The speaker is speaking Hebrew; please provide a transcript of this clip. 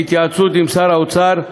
בהתייעצות עם שר האוצר,